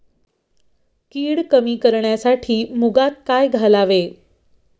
कीड कमी करण्यासाठी मुगात काय घालावे?